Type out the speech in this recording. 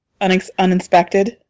uninspected